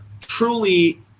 truly